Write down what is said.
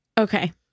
Okay